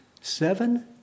seven